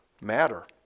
matter